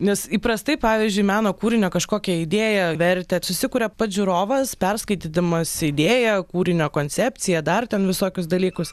nes įprastai pavyzdžiui meno kūrinio kažkokią idėją vertę susikuria pats žiūrovas perskaitydamas idėją kūrinio koncepciją dar ten visokius dalykus